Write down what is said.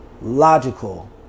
logical